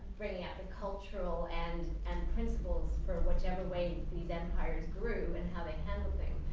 bringing out the cultural and and principles for whichever way these empires grew and how they handle things,